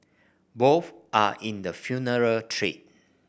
both are in the funeral trade